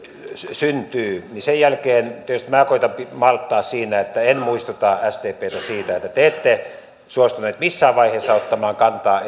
syntyy niin sen jälkeen tietysti minä koetan malttaa siinä että en muistuta sdptä siitä että te te ette suostuneet missään vaiheessa ottamaan kantaa